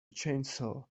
chainsaw